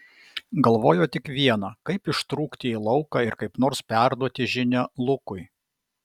galvojo tik viena kaip ištrūkti į lauką ir kaip nors perduoti žinią lukui